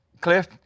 Cliff